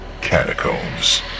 catacombs